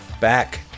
back